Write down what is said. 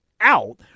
out